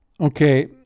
Okay